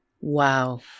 Wow